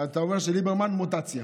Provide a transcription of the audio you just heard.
אתה אומר שליברמן מוטציה.